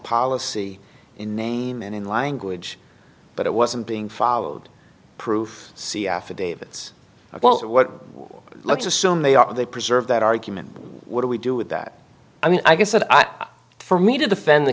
policy in name and in language but it wasn't being followed proof see affidavits of what looks assumed they are they preserve that argument what do we do with that i mean i guess that i for me to defend the